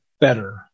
better